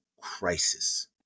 crisis